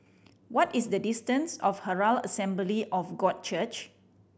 what is the distance to Herald Assembly of God Church